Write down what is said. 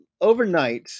overnight